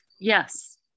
yes